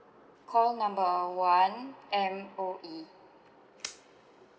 call number one M_O_E